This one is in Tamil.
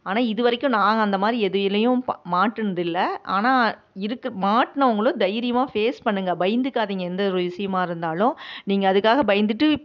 ஆனால் இது வரைக்கும் நாங்கள் அந்த மாதிரி எதுலையும் பா மாட்டுனது இல்லை ஆனால் இருக்குது மாட்னவங்களும் தைரியமாக ஃபேஸ் பண்ணுங்கள் பயந்துக்காதிங்க எந்த ஒரு விஷயமா இருந்தாலும் நீங்கள் அதுக்காக பயந்துவிட்டு